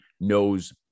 knows